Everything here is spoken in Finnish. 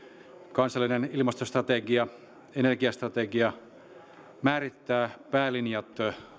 kansallinen ilmastostrategia energiastrategia määrittää päälinjat